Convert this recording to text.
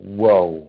whoa